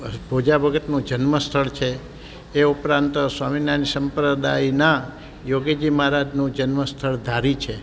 ભોજા ભગતનું જન્મ સ્થળ છે એ ઉપરાંત સ્વામિનારાયણ સંપ્રદાયના યોગીજી મહારાજનું જન્મ સ્થળ ધારી છે